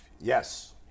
Yes